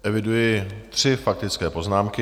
Eviduji tři faktické poznámky.